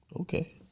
Okay